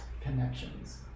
connections